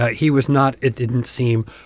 he was not, it didn't seem,